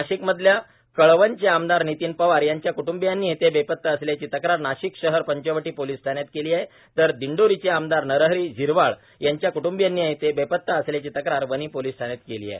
नाशिकमधल्या कळवणचे आमदार नितीन पवार यांच्या कुटुंबीयांनीही ते बेपता असल्याची तक्रार नाशिक शहर पंचवटी पोलीस ठाण्यात केली आहे तर दिंडोरीचे आमदार नरहरी झिरवाळ यांच्या क्ट्बियांनीही ते बेपता असल्याची तक्रार वणी पोलीस ठाण्यात केली आहे